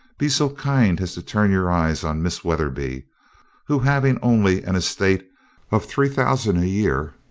be so kind as to turn your eyes on miss weatherby who, having only an estate of three thousand a year,